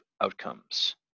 outcomes